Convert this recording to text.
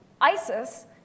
ISIS